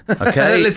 Okay